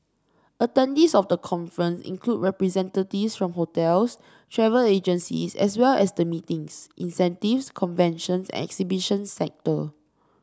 attendees of the conference include representatives from hotels travel agencies as well as the meetings incentives conventions and exhibitions sector